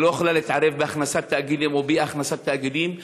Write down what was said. היא לא יכולה להתערב בהכנסת תאגידים או באי-הכנסת תאגידים,